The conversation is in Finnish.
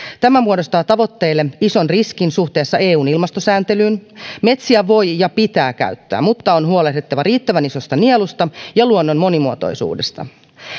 tämä muodostaa tavoitteille ison riskin suhteessa eun ilmastosääntelyyn metsiä voi ja pitää käyttää mutta on huolehdittava riittävän isosta nielusta ja luonnon monimuotoisuudesta